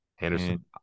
Anderson